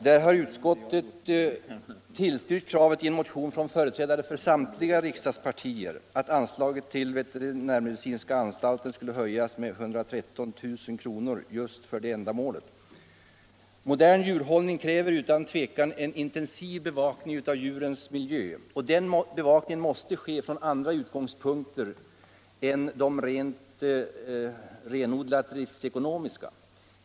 Där har utskottet tillstyrkt kravet i en motion från företrädare för samtliga riksdagspartier att anslaget till veterinärmedicinska anstalten skall höjas med 113 000 kr. just för detta ändamål. Modern djurhållning kräver utan tvivel en intensiv bevakning av djurens miljö. Den bevakningen måste ske från andra utgångspunkter än de renodlat driftekonomiska.